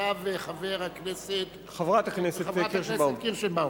אתה וחברת הכנסת קירשנבאום,